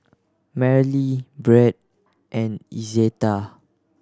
Marely Brett and Izetta